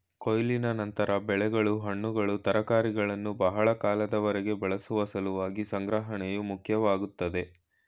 ಕೊಯ್ಲಿನ ನಂತರ ಬೆಳೆಗಳು ಹಣ್ಣುಗಳು ತರಕಾರಿಗಳನ್ನು ಬಹಳ ಕಾಲದವರೆಗೆ ಬಳಸುವ ಸಲುವಾಗಿ ಸಂಗ್ರಹಣೆಯು ಮುಖ್ಯವಾಗ್ತದೆ